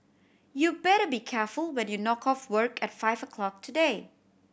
you better be careful when you knock off work at five o'clock today